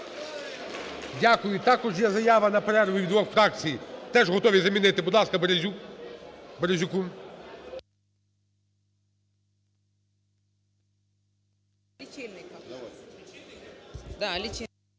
Дякую. Також є заява на перерву від двох фракцій, і теж готові замінити. Будь ласка, Березюк. Березюку.